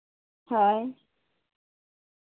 ᱦᱳᱭ